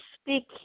speak